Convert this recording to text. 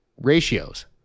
ratios